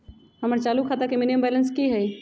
हमर चालू खाता के मिनिमम बैलेंस कि हई?